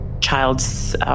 child's